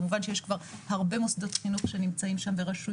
כמובן שיש כבר הרבה מוסדות חינוך ורשויות שנמצאים שם.